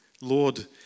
Lord